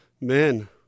Men